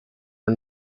are